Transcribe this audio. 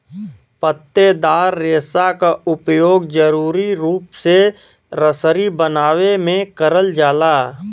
पत्तेदार रेसा क उपयोग जरुरी रूप से रसरी बनावे में करल जाला